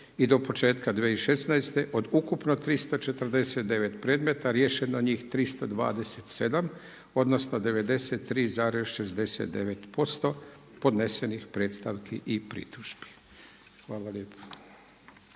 i do početka 2016. od ukupno 349 predmeta riješeno njih 327 odnosno 93,69% podnesenih predstavki i pritužbi. Hvala lijepa.